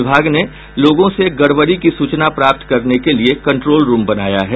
विभाग ने लोगों से गड़बड़ी की सूचना प्राप्त करने के लिये कंट्रोल रूम बनाया है